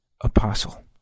Apostle